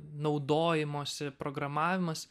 naudojimosi programavimas